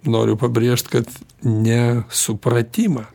noriu pabrėžt kad ne supratimą